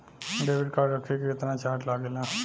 Debit card रखे के केतना चार्ज लगेला?